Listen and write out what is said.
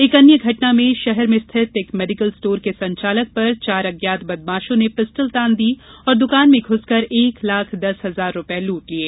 एक अन्य घटना में शहर में रिथित एक मेडीकल स्टोर के संचालक पर चार अज्ञात बदमाशों ने पिस्टल तान दी और दुकान में घुसकर एक लाख दस हजार रुपये लूट लिये